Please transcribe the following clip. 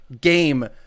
game